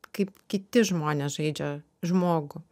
kaip kiti žmonės žaidžia žmogų